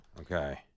Okay